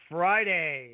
Friday